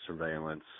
surveillance